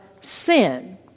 sin